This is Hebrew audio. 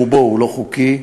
ברובו הוא לא חוקי,